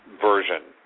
version